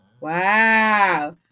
Wow